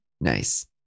Nice